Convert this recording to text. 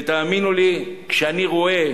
תאמינו לי, כשאני רואה